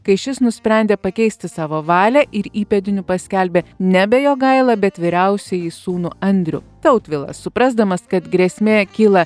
kai šis nusprendė pakeisti savo valią ir įpėdiniu paskelbė nebe jogailą bet vyriausiąjį sūnų andrių tautvilas suprasdamas kad grėsmė kyla